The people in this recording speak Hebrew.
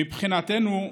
מבחינתנו,